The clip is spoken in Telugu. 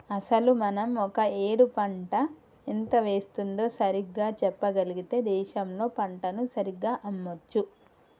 అసలు మనం ఒక ఏడు పంట ఎంత వేస్తుందో సరిగ్గా చెప్పగలిగితే దేశంలో పంటను సరిగ్గా అమ్మొచ్చు